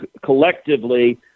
collectively